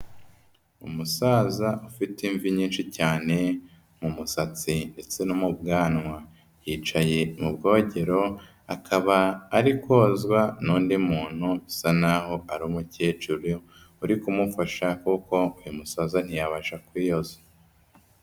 Umusaza ufite imvi nyinshi cyane mu musatsi ndetse no mu bwanwa, yicaye mu bwogero akaba ari kozwa n'undi muntu usa naho ari umukecuru uri kumufasha kuko uyu umusaza ntiyabasha kwiyoza.